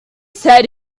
said